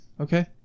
okay